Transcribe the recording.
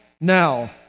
now